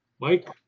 Mike